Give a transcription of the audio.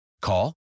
Call